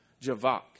Javak